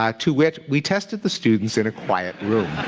um to wit, we tested the students in a quiet room.